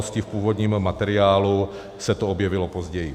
V původním materiálu se to objevilo později.